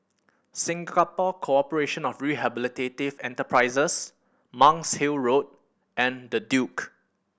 Singapore Corporation of Rehabilitative Enterprises Monk's Hill Road and The Duke